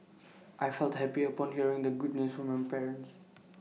I felt happy upon hearing the good news from my parents